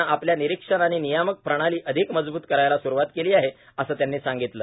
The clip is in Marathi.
नं आपल्या निरीक्षण आणि नियामक प्रणाली अधिक मजबूत करायला सुरुवात केली आहे असं त्यांनी सांगितलं